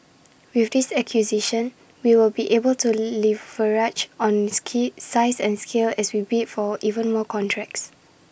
with this acquisition we will be able to leverage on ski size and scale as we bid for even more contracts